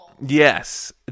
Yes